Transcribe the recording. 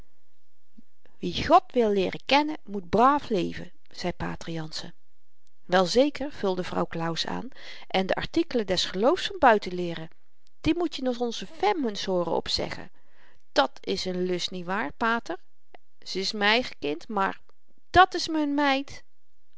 wie god wil leeren kennen moet braaf leven zei pater jansen wel zeker vulde vrouw claus aan en de artikelen des geloofs van buiten leeren die moet je n onze fem ns hooren opzeggen dàt s n lust niet waar pater ze n is m'n eigen kind maar dàt s me n meid